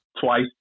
twice